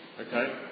Okay